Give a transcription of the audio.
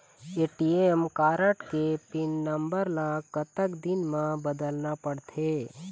ATM card के pin number ला कतक दिन म बदलना पड़थे?